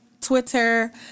Twitter